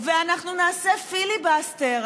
ואנחנו נעשה פיליבסטר,